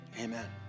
Amen